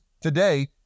today